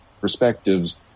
perspectives